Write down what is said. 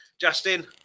Justin